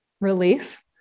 relief